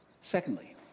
Secondly